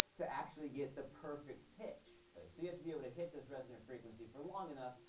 to actually get the perfect pitch. so you have to be able to hit this resonant frequency for long enough.